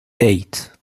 eight